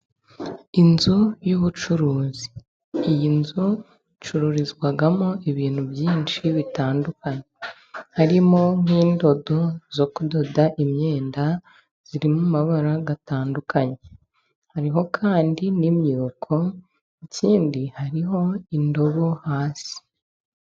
Inzu y'ubucuruzi iyi nzu icururizwamo ibintu byinshi bitandukanye, harimo n'indodo zo kudoda imyenda, zirimo amabara gatandukanye, hariho kandi n'imyuko ikindi hariho indobo hasi.